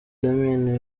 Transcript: damien